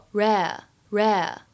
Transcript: rare,rare